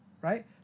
Right